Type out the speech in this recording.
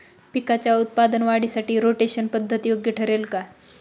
पिकाच्या उत्पादन वाढीसाठी रोटेशन पद्धत योग्य ठरेल का?